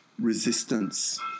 resistance